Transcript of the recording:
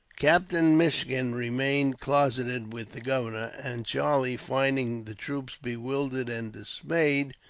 captain minchin remained closeted with the governor and charlie, finding the troops bewildered and dismayed,